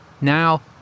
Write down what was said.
Now